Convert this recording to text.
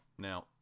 Now